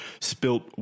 spilt